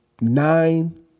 nine